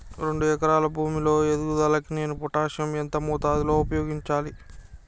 రెండు ఎకరాల భూమి లో ఎదుగుదలకి నేను పొటాషియం ఎంత మోతాదు లో ఉపయోగించాలి?